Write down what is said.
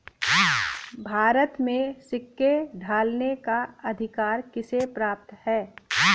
भारत में सिक्के ढालने का अधिकार किसे प्राप्त है?